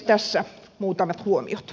tässä muutamat huomiot